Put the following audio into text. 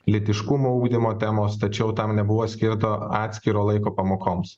lytiškumo ugdymo temos tačiau tam nebuvo skirto atskiro laiko pamokoms